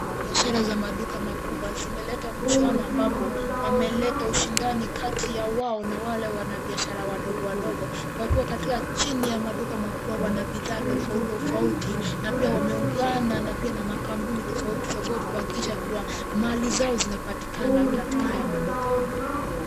Biashara za maduka makubwa zimeleta mujwano ambapo, wameleta ushindani kati ya wao na wale wanabiashara wadogo wadogo. Kwa kuwa, katika chini ya maduka makubwa wana bidhaa tofauti tofauti, na pia wameungana na pia na makampuni tofauti tofauti kuhakikisha kuwa mali zao zinapatikana katika haya maduka.